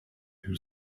who